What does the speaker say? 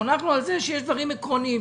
חונכנו על זה שיש דברים עקרוניים,